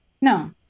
No